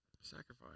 Sacrifice